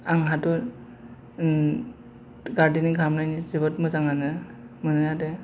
आं हाथ गारदेनिं खालामनायनि जोबोर मोजांयानो मोनो आरो